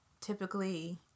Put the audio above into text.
typically